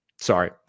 sorry